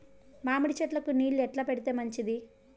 మామిడి చెట్లకు నీళ్లు ఎట్లా పెడితే మంచిది?